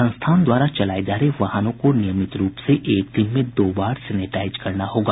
संस्थान द्वारा चलाये जा रहे वाहनों को नियमित रूप से एक दिन में दो बार सेनेटाइज करना होगा